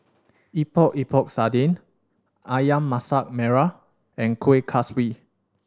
Epok Epok Sardin Ayam Masak Merah and Kuih Kaswi